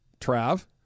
Trav